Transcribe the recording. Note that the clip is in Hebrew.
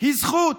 היא זכות,